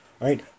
right